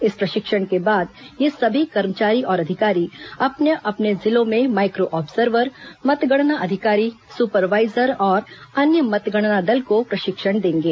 इस प्रशिक्षण के बाद ये सभी कर्मचारी और अधिकारी अपने अपने जिलों में माइक्रो ऑब्जर्वर मतगणना अधिकारी सुपरवाइजर और अन्य मतगणना दल को प्रशिक्षण देंगे